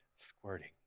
Squirting